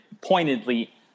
pointedly